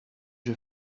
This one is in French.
que